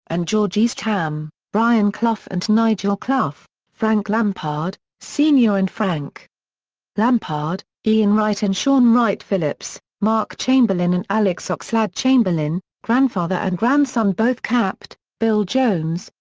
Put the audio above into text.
and george eastham brian clough and nigel clough frank lampard, sr. and frank lampard ian wright and shaun wright-phillips mark chamberlain and alex oxlade-chamberlain grandfather and grandson both capped bill jones,